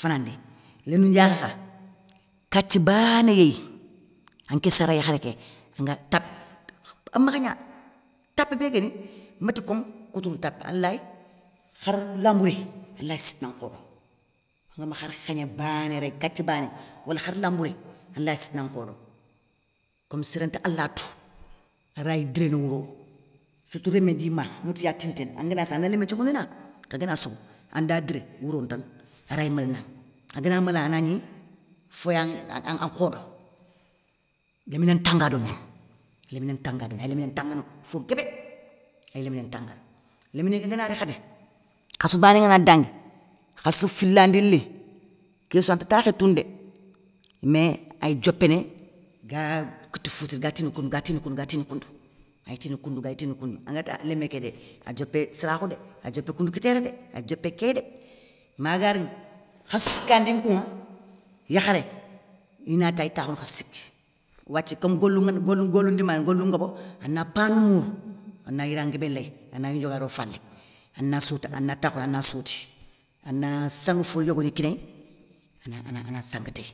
fanandi. Lindou ndiakhé kha, kathi bané yéy, anké sara yakharé ké, anga tap amakha gna tap béguéni, méti com koutourou ntap, alay khar lambouré alay sitina nkhodo, angama khar khégné banétéy, kathi bané wala khar lambouré, alay sitina nkhodo, kom séré nti allah tou, aray diréné wouro, surtou rémé di ma anguetiya tinténi, anganassa an na lémé nthiokhoundina, khagana sokhou anda diré wouro ntane aray mélinaŋa, agana mélanŋa anagni, foyanŋ, an khodo, léminé ntagado gnani, léminé nta ngado gnani ay léminé ntagana fo guébé ay léminé nta gana. Léminé kégana ri khadi, khassou bané ngana dangui, khassou filandi li késsou anti takhé tounou dé, méay diopéné ga kitou foutini gatini koundou gatini koundou gatini koundou ay tini koundou gatini koundou, angata lémé kébé a diopé sarakhou dé adiopé koundou kitéré dé, adiopé kébé maga rini, khasso sikandi kouŋa, yakharé inati tay takhounou khassou siki, wathie kom goulou ndima gna golou ngobo, ana pane mourou, ana yiran nguébé léy, ana gnidioga ro falé, ana soti ana takhoundi ana soti, ana sangue foyoogoni kinéy ana ana sangue téy.